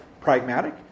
pragmatic